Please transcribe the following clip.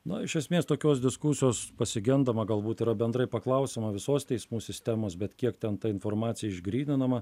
na iš esmės tokios diskusijos pasigendama galbūt ir bendrai paklausiama visos teismų sistemos bet kiek ten ta informacija išgryninama